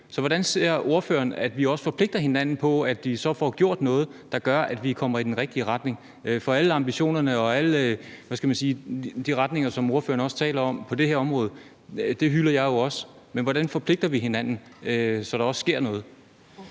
Så hvordan ser ordføreren på, at vi forpligter hinanden på at få gjort noget, der gør, at vi kommer i den rigtige retning? For alle ambitionerne og alle de retninger, som ordføreren også taler om på det her område, hylder jeg jo også, men hvordan forpligter vi hinanden, så der også sker noget?